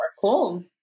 cool